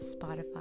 Spotify